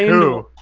who?